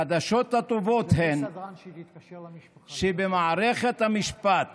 החדשות הטובות הן שבמערכת המשפט